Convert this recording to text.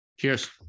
cheers